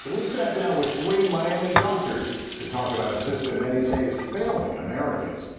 so we sat down with three miami doctors to talk about a system many say is failing americans.